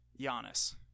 Giannis